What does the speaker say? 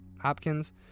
hopkins